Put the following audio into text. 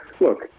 look